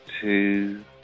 two